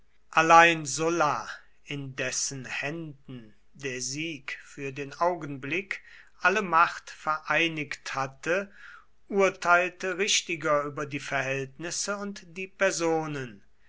allein sulla in dessen händen der sieg für den augenblick alle macht vereinigt hatte urteilte richtiger über die verhältnisse und die personen